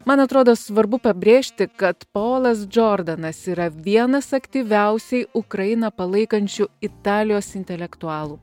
man atrodo svarbu pabrėžti kad paolas džordanas yra vienas aktyviausiai ukrainą palaikančių italijos intelektualų